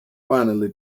finally